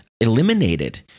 eliminated